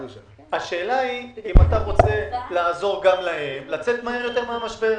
השאלה אם אתה רוצה לעזור גם להם לצאת מהר יותר מן המשבר.